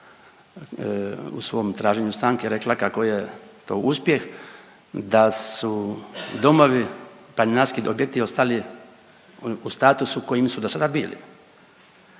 u svom traženju stanke rekla kako je to uspjeh da su domovi, planinarski objekti ostali u statusu u kojem su do sada bili.